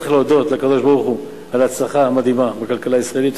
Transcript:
צריך להודות לקדוש-ברוך-הוא על ההצלחה המדהימה בכלכלה הישראלית.